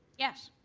yes.